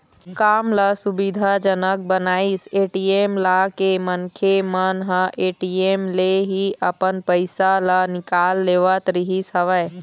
काम ल सुबिधा जनक बनाइस ए.टी.एम लाके मनखे मन ह ए.टी.एम ले ही अपन पइसा ल निकाल लेवत रिहिस हवय